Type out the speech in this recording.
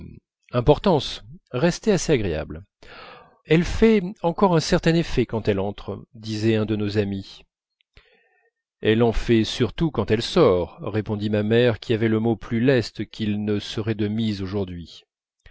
importance restée assez agréable elle fait encore un certain effet quand elle entre disait un de nos amis elle en fait surtout quand elle sort répondit ma mère qui avait le mot plus leste qu'il ne serait de mise aujourd'hui